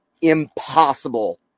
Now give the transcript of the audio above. impossible